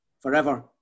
forever